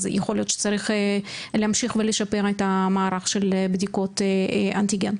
אז יכול להיות שצריך להמשיך ולשפר את המערך של בדיקות האנטיגן.